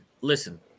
listen